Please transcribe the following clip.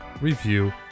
review